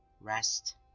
rest